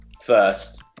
first